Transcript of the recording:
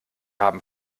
haben